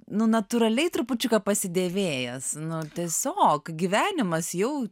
natūraliai trupučiuką pasidevėjęs nu tiesiog gyvenimas jau